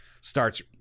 starts